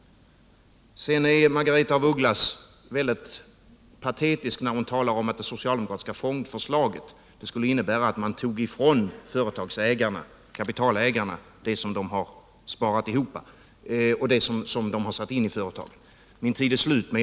Margaretha af Ugglas blev patetisk när hon talade om det socialdemokratiska förslaget. Hon menade att det skulle innebära att man tog ifrån företagsägarna/kapitalägarna det kapital som de sparat ihop och satt in i sina företag. Min repliktid är slut nu.